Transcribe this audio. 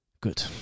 Good